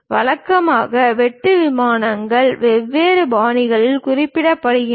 வழக்கமாக வெட்டு விமானங்கள் வெவ்வேறு பாணிகளில் குறிப்பிடப்படுகின்றன